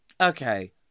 Okay